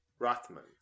rothman